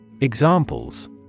Examples